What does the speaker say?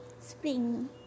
Spring